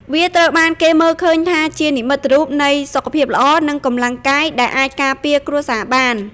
វាត្រូវបានគេមើលឃើញថាជានិមិត្តរូបនៃសុខភាពល្អ និងកម្លាំងកាយដែលអាចការពារគ្រួសារបាន។